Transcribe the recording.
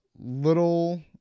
little